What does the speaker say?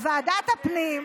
בוועדת הפנים,